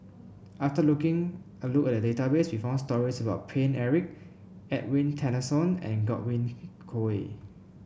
after looking a look at the database we found stories about Paine Eric Edwin Tessensohn and Godwin Koay